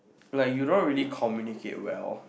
like you don't really communicate well